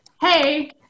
hey